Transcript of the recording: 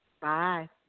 Bye